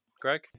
Greg